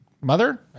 mother